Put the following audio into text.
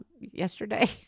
yesterday